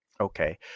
okay